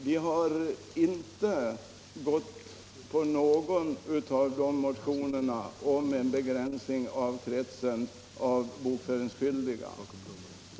Vi har inte tillstyrkt någon av de motionerna om en begränsning av kretsen av bokföringsskyldiga.